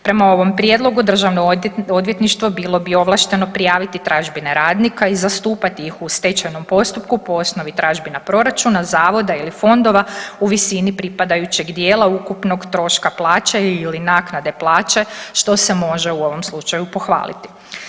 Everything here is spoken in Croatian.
Prema ovom prijedlogu Državno odvjetništvo bilo bi ovlašteno prijaviti tražbine radnika i zastupati ih u stečajnom postupku po osnovi tražbina proračuna, zavoda ili fondova u visini pripadajućeg dijela ukupnog troška plaća ili naknade plaće što se može u ovom slučaju pohvaliti.